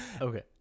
Okay